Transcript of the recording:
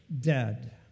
dead